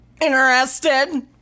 Interested